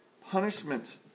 punishment